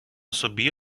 собі